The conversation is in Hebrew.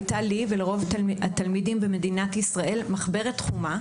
הייתה לי ולרוב התלמידים במדינת ישראל מחברת חומה,